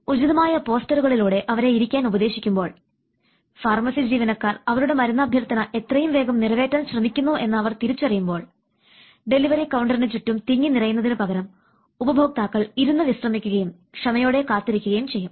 ഉചിതമായ പോസ്റ്ററുകളിലൂടെ അവരെ ഇരിക്കാൻ ഉപദേശിക്കുമ്പോൾ ഫാർമസി ജീവനക്കാർ അവരുടെ മരുന്ന് അഭ്യർത്ഥന എത്രയും വേഗം നിറവേറ്റാൻ ശ്രമിക്കുന്നു എന്ന് അവർ തിരിച്ചറിയുമ്പോൾ ഡെലിവറി കൌണ്ടറിന് ചുറ്റും തിങ്ങിനിറയുന്നതിനുപകരം ഉപഭോക്താക്കൾ ഇരുന്ന് വിശ്രമിക്കുകയും ക്ഷമയോടെ കാത്തിരിക്കുകയും ചെയ്യും